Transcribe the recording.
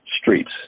streets